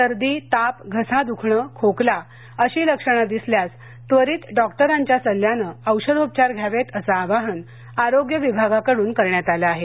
सर्दी ताप घसा द्खणे खोकला अशी लक्षणे दिसल्यास त्वरित डॉक्टरांच्या सल्ल्याने औषधोपचार घ्यावेत असं आवाहन आरोग्य विभागाकडून करण्यात आलं आहे